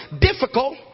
difficult